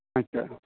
मातसो राव